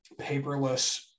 paperless